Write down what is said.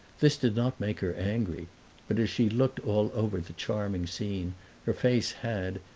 this did not make her angry but as she looked all over the charming scene her face had,